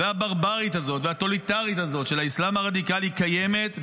הברברית והטוטליטרית הזאת של האסלאם הרדיקלי קיימת,